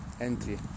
entry